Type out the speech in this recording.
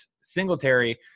Singletary